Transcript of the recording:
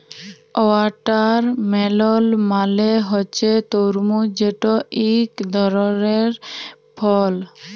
watermelon মালে হছে তরমুজ যেট ইক ধরলের ফল